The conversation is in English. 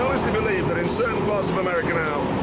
believe that in certain parts of america now,